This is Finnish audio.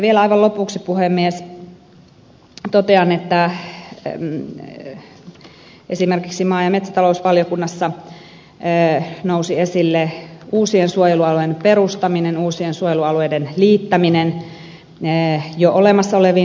vielä aivan lopuksi puhemies totean että esimerkiksi maa ja metsätalousvaliokunnassa nousi esille uusien suojelualueiden perustaminen uusien suojelualueiden liittäminen jo olemassa oleviin suojelualueisiin